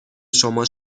شما